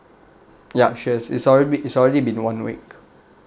ya sure it's already b~ it's already been one week